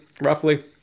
roughly